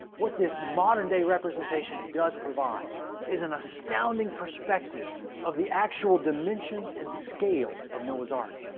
what this modern-day representation does provide is an astounding perspective of the actual dimensions and scale of noah's ark.